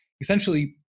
Essentially